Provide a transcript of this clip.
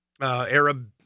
Arab